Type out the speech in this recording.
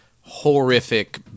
horrific